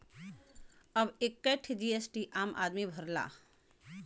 अब एक्के ठे जी.एस.टी आम आदमी भरला